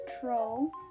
troll